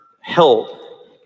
help